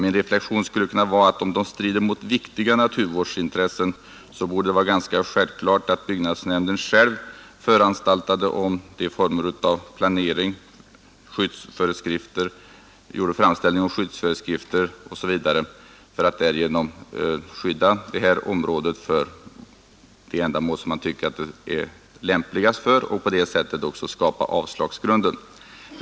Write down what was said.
Min reflexion är att om de strider mot viktiga naturvårdsintressen borde det vara ganska självklart att byggnadsnämnden själv föranstaltade om en planering, gjorde framställning om skyddsföreskrifter osv. för att därigenom bevara området i fråga för det ändamål som man tycker att det är lämpligast för och på det sättet också skapa en avslagsgrund.